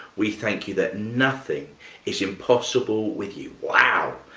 we thank you that nothing is impossible with you. wow.